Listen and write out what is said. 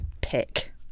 pick